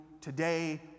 today